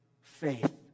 faith